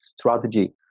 strategy